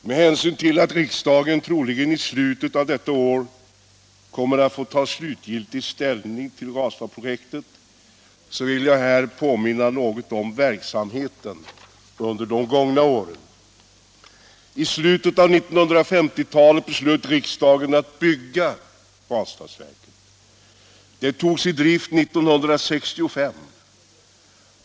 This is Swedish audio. Med hänsyn till att riksdagen troligen i slutet av detta år kommer att få ta slutlig ställning till Ranstadsprojektet vill jag här påminna något om verksamheten under de gångna åren. I slutet av 1950-talet beslöt riksdagen att bygga Ranstadsverket. Det togs i drift 1965.